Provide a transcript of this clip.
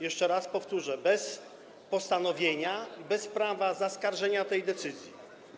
Jeszcze raz powtórzę: bez postanowienia i bez prawa zaskarżenia tej decyzji.